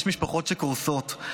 יש משפחות שקורסות,